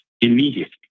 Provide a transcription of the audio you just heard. immediately